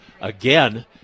again